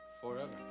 forever